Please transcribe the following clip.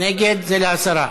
נגד, זה להסרה.